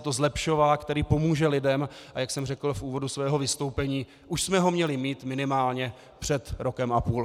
Je to zlepšovák, který pomůže lidem, a jak jsem řekl v úvodu svého vystoupení, už jsme ho měli mít minimálně před rokem a půl.